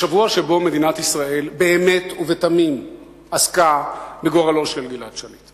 בשבוע שבו מדינת ישראל באמת ובתמים עסקה בגורלו של גלעד שליט,